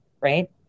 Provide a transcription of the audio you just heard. right